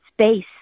space